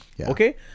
Okay